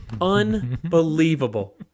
unbelievable